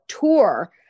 tour